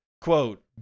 Quote